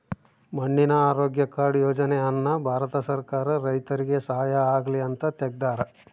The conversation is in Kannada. ಮಣ್ಣಿನ ಆರೋಗ್ಯ ಕಾರ್ಡ್ ಯೋಜನೆ ಅನ್ನ ಭಾರತ ಸರ್ಕಾರ ರೈತರಿಗೆ ಸಹಾಯ ಆಗ್ಲಿ ಅಂತ ತೆಗ್ದಾರ